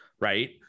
right